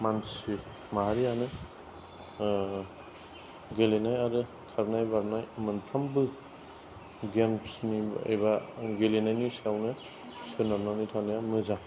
मानसि माहायारियानो गेलेनाय आरो खारनाय बारनाय मोनफ्रोमबो गेमसनि एबा गेलेनायनि सायावनो सोनारनानै थानाया मोजां